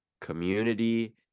community